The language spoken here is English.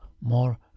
more